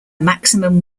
maximum